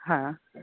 હા